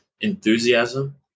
enthusiasm